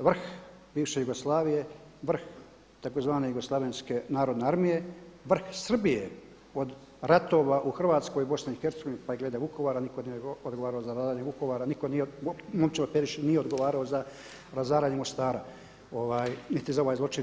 vrh bivše Jugoslavije, vrh takozvane Jugoslavenske narodne armije, vrh Srbije od ratova u Hrvatskoj, Bosni i Hercegovini pa i glede Vukovara, nitko nije odgovarao za razaranje Vukovara, nitko nije odgovarao za razaranje Mostara niti za ovaj zločin na…